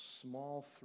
small